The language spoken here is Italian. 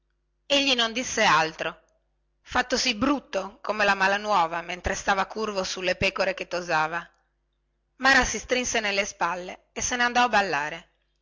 egli non profferiva più alcuna parola intellegibile mentre stava curvo sulle pecore che tosava mara si strinse nelle spalle e se ne andò a ballare